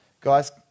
Guys